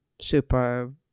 super